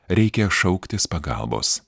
reikia šauktis pagalbos